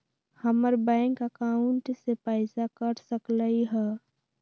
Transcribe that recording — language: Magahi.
हमर बैंक अकाउंट से पैसा कट सकलइ ह?